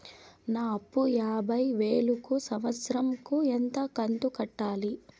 నా అప్పు యాభై వేలు కు సంవత్సరం కు ఎంత కంతు కట్టాలి?